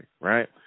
right